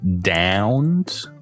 downed